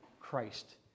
Christ